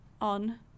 on